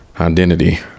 identity